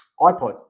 ipod